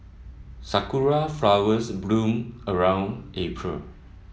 Sakura flowers bloom around April